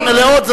מלאות,